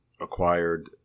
acquired